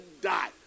die